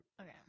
Okay